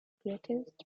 greatest